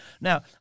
Now